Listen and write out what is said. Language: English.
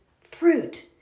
fruit